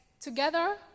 TOGETHER